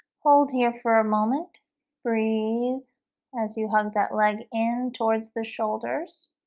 hold here for a moment breathe as you hug that leg in towards the shoulders